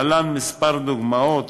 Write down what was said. להלן כמה דוגמאות